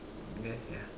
ya sia